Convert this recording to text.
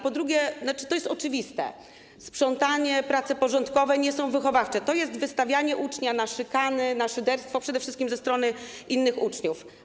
Po drugie, to jest oczywiste, sprzątanie, prace porządkowe nie są wychowawcze, to jest wystawianie ucznia na szykany, na szyderstwo przede wszystkim ze strony innych uczniów.